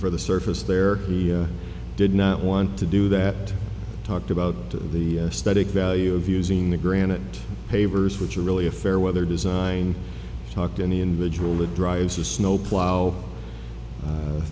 for the surface there he did not want to do that talked about the aesthetic value of using the granite pavers which are really a fair weather design talk to any individual that drives a snow plow